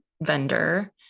vendor